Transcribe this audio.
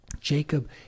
Jacob